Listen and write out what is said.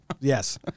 Yes